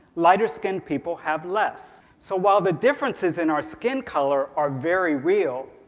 lighter-skin people have less. so while the differences in our skin color are very real,